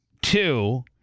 two